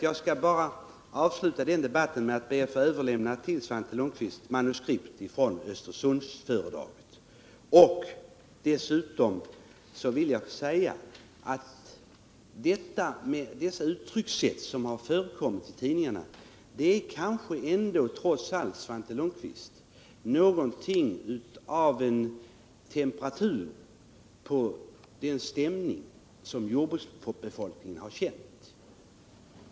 Jag skall bara avsluta den debatten med att överlämna till Svante Lundkvist manuskriptet från Östersundsföredraget. Dessutom vill jag säga att de uttryckssätt som har förekommit i tidningarna säger kanske trots allt, Svante Lundkvist, någonting om temperaturen i jordbruksbefolkningens stämning.